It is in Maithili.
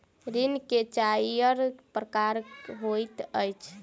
ऋण के चाइर प्रकार होइत अछि